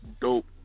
dope